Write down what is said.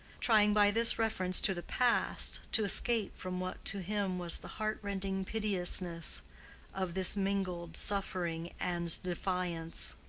trying by this reference to the past to escape from what to him was the heart-rending piteousness of this mingled suffering and defiance.